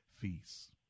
feasts